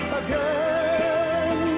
again